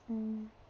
mm